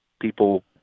people